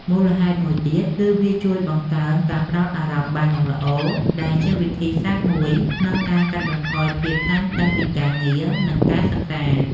មូលហេតុមួយទៀត គឺវាជួយបង្កើនការផ្ដោតអារម្មណ៍បានយ៉ាងល្អ ដែលជាវិធីសាស្ត្រមួយក្នុងការកាត់បន្ថយភាពតានតឹងពីការងារ និងការសិក្សា។